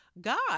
God